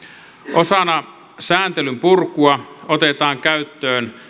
osana sääntelyn purkua otetaan käyttöön